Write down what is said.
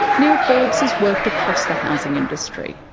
neil forbes has worked across the housing industry,